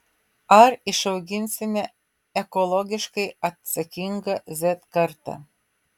ar išauginsime ekologiškai atsakingą z kartą